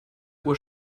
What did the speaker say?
uhr